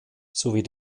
sowie